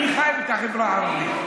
אני חי את החברה הערבית.